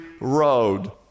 road